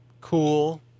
Cool